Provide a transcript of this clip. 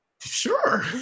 Sure